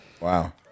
Wow